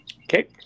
Okay